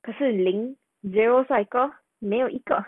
可是零 zero 帅哥没有一个